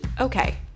Okay